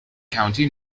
county